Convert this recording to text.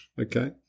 okay